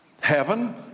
heaven